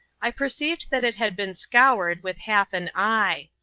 i perceived that it had been scoured with half an eye.